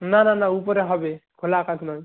না না না উপরে হবে খোলা আকাশ নয়